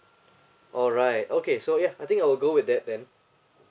alright okay so yeah I think I will go with that then